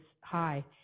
high